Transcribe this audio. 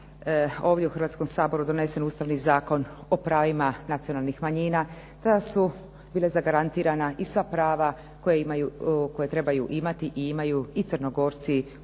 ovdje u Hrvatskom saboru donesen Ustavni zakon o pravima nacionalnih manjina, tada su bila zagarantirana i sva prava koja trebaju imati i imaju i Crnogorci u